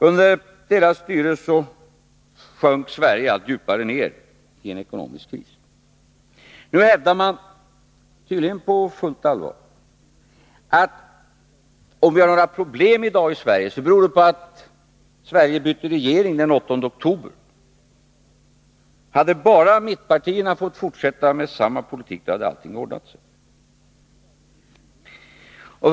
Under deras styre sjönk Sverige allt djupare ned i en ekonomisk kris. Nu hävdar man, tydligen på fullt allvar, att om vi har några problem i dagens Sverige beror det på att Sverige bytte regering den 8 oktober. Hade bara mittpartierna fått fortsätta med samma politik hade allting ordnat sig.